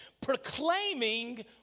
proclaiming